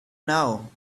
know